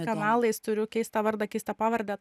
kanalais turiu keistą vardą keistą pavardę